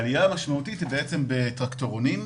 העלייה המשמעותית היא בטרקטורונים,